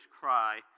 cry